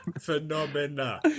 Phenomena